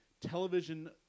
television